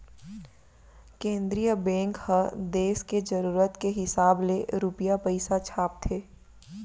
केंद्रीय बेंक ह देस के जरूरत के हिसाब ले रूपिया पइसा छापथे